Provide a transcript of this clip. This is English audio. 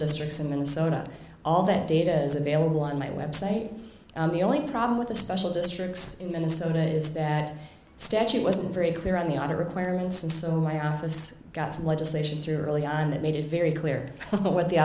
districts in minnesota all that data is available on my website the only problem with the special districts in minnesota is that statute wasn't very clear on the other requirements and so my office got some legislation through early on that made it very clear what the